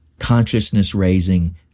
Consciousness-raising